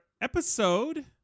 episode